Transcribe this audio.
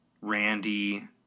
Randy